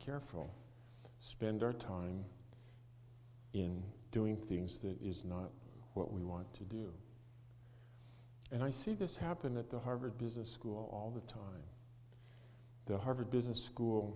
careful spend our time in doing things that is not what we want to do and i see this happen at the harvard business school all the time the harvard business school